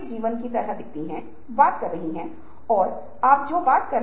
इसी तरह कार्रवाई करें